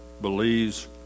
believes